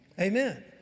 Amen